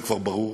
זה כבר ברור.